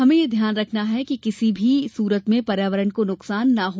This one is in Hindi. हमें यह ध्यान रखना है कि किसी भी सूरत में पर्यावरण को नुकसान न हो